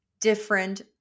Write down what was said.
different